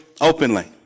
openly